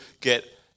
get